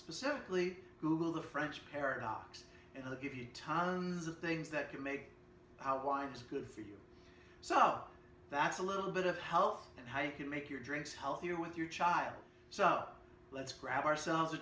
specifically google the french paradox and the give you tons of things that can make housewives good for you so that's a little bit of health and how you can make your drinks healthier with your child so let's grab ourselves a